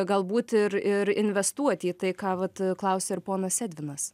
galbūt ir ir investuoti į tai ką vat klausia ir ponas edvinas